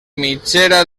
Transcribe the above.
mitgera